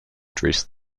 address